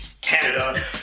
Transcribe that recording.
Canada